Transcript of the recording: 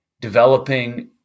developing